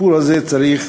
הסיפור הזה צריך